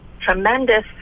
tremendous